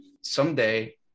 Someday